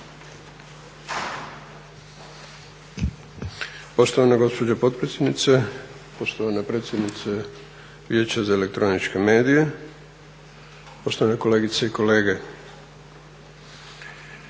Poštovana gospođo potpredsjednice, poštovana predsjednice Vijeća za elektroničke medije, poštovane kolegice i kolege.